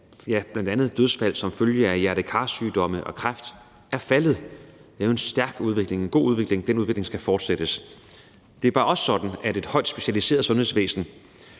bl.a. dødsfald som følge af hjerte-kar-sygdomme og kræft er faldet. Det er en god udvikling, og den udvikling skal fortsættes. Det er bare også sådan, at et højt specialiseret sundhedsvæsen